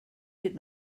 did